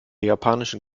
japanischen